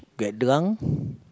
get drunk